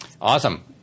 awesome